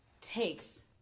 takes